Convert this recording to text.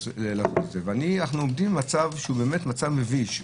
אנו עומדים במצב מביש.